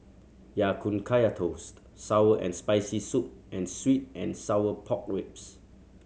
Ya Kun Kaya Toast sour and Spicy Soup and sweet and sour pork ribs